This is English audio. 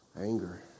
Anger